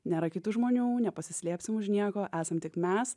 nėra kitų žmonių nepasislėpsi už nieko esam tik mes